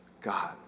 God